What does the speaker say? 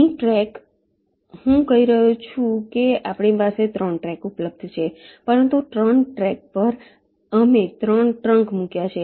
અહીં ટ્રૅક હું કહી રહ્યો છું કે આપણી પાસે 3 ટ્રૅક ઉપલબ્ધ છે પરંતુ 3 ટ્રૅક પર અમે 3 ટ્રંક મૂક્યા છે